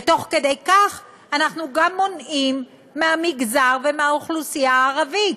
ותוך כדי כך אנחנו גם מונעים מהמגזר ומהאוכלוסייה הערבית.